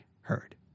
heard